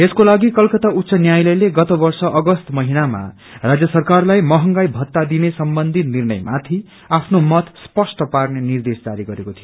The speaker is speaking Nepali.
यसको लागि कोलकाता उच्च न्यालयले गत वर्ष अगस्त महिनामा राज्य सरकारलाई महंगाई भत्ता दिने सम्बन्यी निर्णयमाथि आफोमत स्पष्ट पार्ने निर्देश जारी गरेको थियो